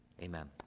amen